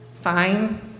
fine